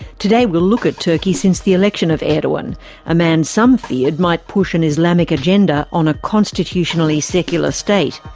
today we'll look at turkey since the election of erdogan, a man some feared might push an islamic agenda on a constitutionally secular state.